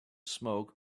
smoke